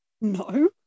No